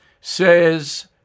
says